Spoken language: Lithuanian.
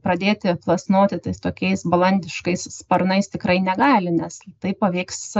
pradėti plasnoti tais tokiais balandiškais sparnais tikrai negali nes tai paveiks